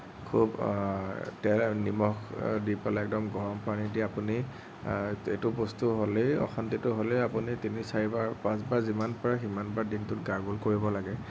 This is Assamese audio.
খুব নিমখ দি পেলাই একদম গৰম পানী দি আপুনি এইটো বস্তু হ'লেই অশান্তিটো হ'লেই আপুনি তিনি চাৰিবাৰ পাঁচবাৰ যিমান পাৰে সিমানবাৰ দিনটোত গাৰগল কৰিব লাগে